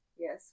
yes